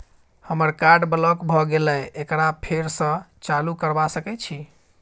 हमर card block भ गेले एकरा फेर स चालू करबा सके छि?